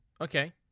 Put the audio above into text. Okay